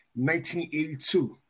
1982